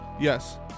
Yes